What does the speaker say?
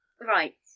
Right